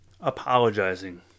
apologizing